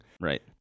Right